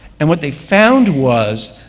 and what they found was,